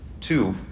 Two